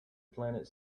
planet